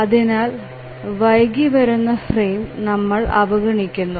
അതിനാൽ വൈകിവരുന്ന ഫ്രെയിം നമ്മൾ അവഗണിക്കുന്നു